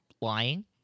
lying